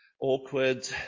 awkward